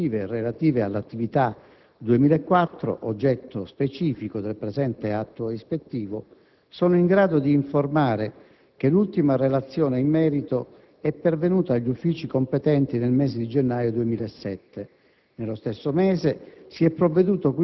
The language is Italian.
Per quanto riguarda le verifiche ispettive relative all'attività 2004, oggetto specifico del presente atto ispettivo, sono in grado di informare che l'ultima relazione in merito è pervenuta agli uffici competenti nel mese di gennaio 2007.